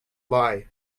lie